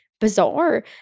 bizarre